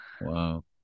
Wow